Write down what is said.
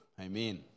Amen